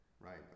right